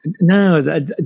No